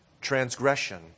transgression